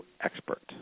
expert